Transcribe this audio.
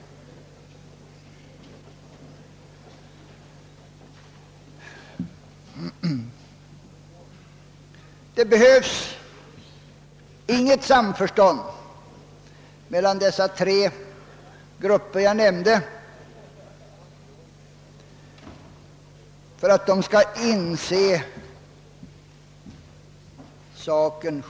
Det behövs inte något samförstånd mellan de tre grupper jag nämnde för att de skall inse saken.